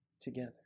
together